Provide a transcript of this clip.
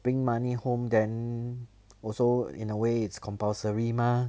bring money home then also in a way it's compulsory mah